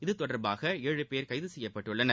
இதுதொடர்பாக ஏழு பேர் கைது செய்யப்பட்டுள்ளார்கள்